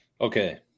okay